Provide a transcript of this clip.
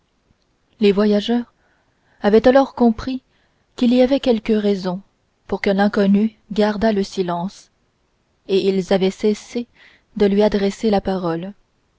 les voyageurs avaient alors compris qu'il y avait quelque raison pour que l'inconnu gardât le silence et ils avaient cessé de lui adresser la parole